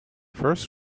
first